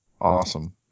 Awesome